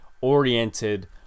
oriented